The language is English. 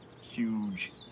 huge